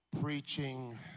preaching